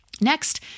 Next